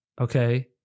okay